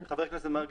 ח"כ מרגי,